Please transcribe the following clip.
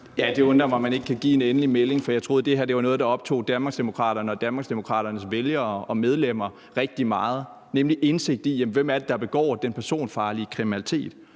Det undrer mig, at man ikke kan give en endelig melding, for jeg troede, at det her var noget, der optog Danmarksdemokraterne og Danmarksdemokraternes vælgere og medlemmer rigtig meget, nemlig indsigt i, hvem det er, der begår den personfarlige kriminalitet.